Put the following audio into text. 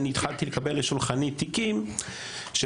התחלתי לאט-לאט לקבל שולחני תיקים של